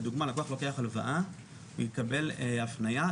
לדוגמה, לקוח לוקח הלוואה, הוא יקבל הפנייה.